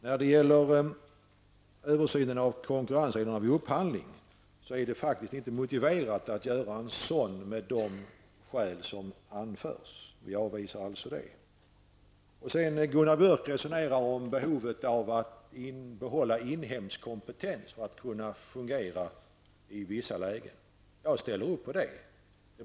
När det gäller översynen av konkurrensreglerna vid upphandling är det faktiskt inte motiverat av de skäl som anförs att göra en sådan översyn, och jag avvisar alltså detta krav. Gunnar Björk resonerar om behovet av att behålla inhemsk kompetens för att verksamheten skall kunna fungera i vissa lägen. Jag ställer upp på det.